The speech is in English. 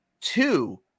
two